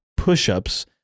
push-ups